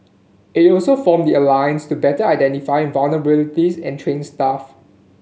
it also formed the alliance to better identify vulnerabilities and train staff